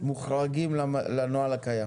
מוחרגים לנוהל הקיים.